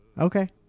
Okay